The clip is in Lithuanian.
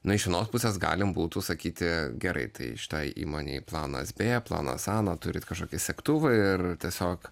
na iš vienos pusės galima būtų sakyti gerai tai štai įmonėj planas b planas a turite kažkokį segtuvą ir tiesiog